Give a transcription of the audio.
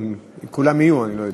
אם כולם יהיו, אני לא יודע.